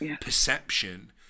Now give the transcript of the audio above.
perception